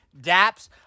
daps